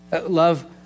Love